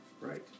Right